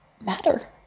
matter